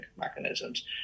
mechanisms